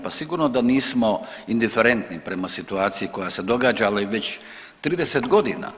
Pa sigurno da nismo indiferentni prema situaciji koja se događa, ali već 30 godina.